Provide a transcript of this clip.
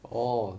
orh